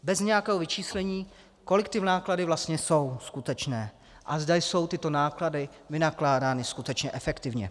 Bez nějakého vyčíslení, kolik ty náklady vlastně jsou skutečné a zda jsou tyto náklady vynakládány skutečně efektivně.